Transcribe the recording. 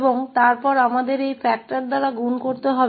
और फिर हमें इस कारक से गुणा करना होगा